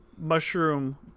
mushroom